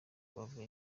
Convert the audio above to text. bava